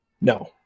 No